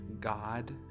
God